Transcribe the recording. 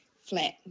flat